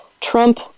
Trump